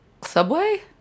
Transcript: Subway